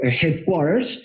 headquarters